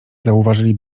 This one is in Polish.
zauważyli